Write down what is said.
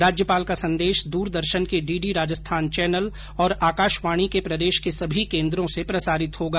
राज्यपाल का संदेश दूरदर्शन के डीडी राजस्थान चैनल और आकाशवाणी के प्रदेश के सभी केन्द्रों से प्रसारित होगा